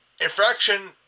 infraction